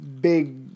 big